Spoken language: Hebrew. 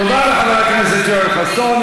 תודה, חבר הכנסת יואל חסון.